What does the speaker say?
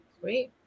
Great